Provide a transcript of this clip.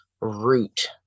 root